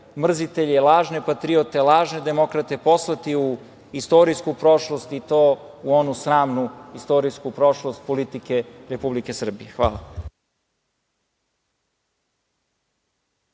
mrzitelje i lažne patriote, lažne demokrate, poslati u istorijsku prošlost, i to u onu sramnu istorijsku prošlost politike Republike Srbije. Hvala.